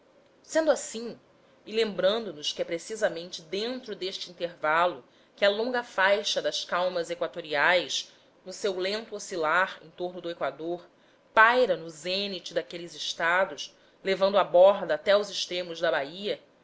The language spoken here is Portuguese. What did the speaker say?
sendo assim e lembrando nos que é precisamente dentro deste intervalo que a longa faixa das calmas equatoriais no seu lento oscilar em torno do equador paira no zênite daqueles estados levando a borda até aos extremos da bahia